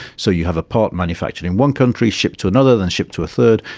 so you have a part manufactured in one country, shipped to another, then shipped to a third.